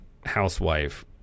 housewife